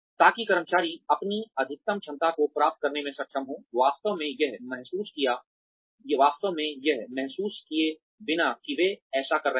ताकि कर्मचारी अपनी अधिकतम क्षमता को प्राप्त करने में सक्षम हों वास्तव में यह महसूस किए बिना कि वे ऐसा कर रहे हैं